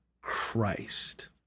Christ